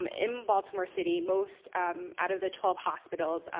um in baltimore city, most out of the twelve hospitals,